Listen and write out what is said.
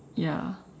ya